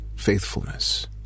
faithfulness